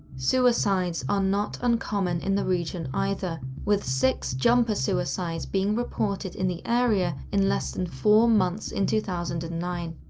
suicides are not uncommon in the region either, with six jumper suicides being reported in the area in less than four months in two thousand and nine.